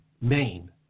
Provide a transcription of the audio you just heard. Maine